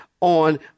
on